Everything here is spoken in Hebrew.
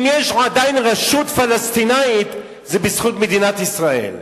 אם יש עדיין רשות פלסטינית, זה בזכות מדינת ישראל.